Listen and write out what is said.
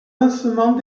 lancement